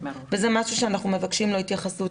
וזה משהו שאנחנו מבקשים לו התייחסות.